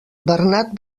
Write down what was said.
bernat